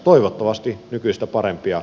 toivottavasti nykyistä parempia